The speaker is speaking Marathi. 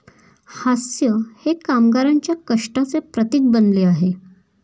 हास्य हे कामगारांच्या कष्टाचे प्रतीक बनले आहे